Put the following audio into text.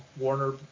Warner